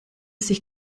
sich